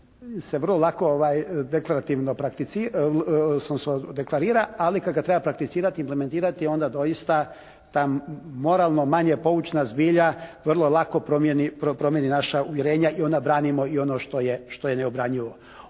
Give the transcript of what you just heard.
deklarativno, deklarira ali kad ga treba prakticirati, implementirati onda doista ta moralno manje poučna zbilja vrlo lako promjeni naša uvjerenja i onda branimo i ono što je neobranjivo.